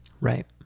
Right